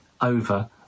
over